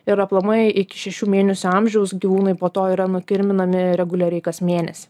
ir aplamai iki šešių mėnesių amžiaus gyvūnui po to yra nukirminami reguliariai kas mėnesį